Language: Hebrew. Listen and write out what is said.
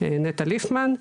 נטע ליפמן,